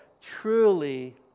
truly